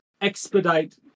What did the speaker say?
expedite